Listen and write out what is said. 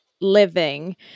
living